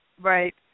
Right